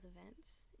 events